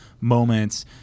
moments